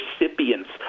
recipients